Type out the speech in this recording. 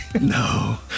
No